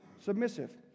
submissive